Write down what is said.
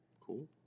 Cool